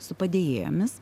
su padėjėjomis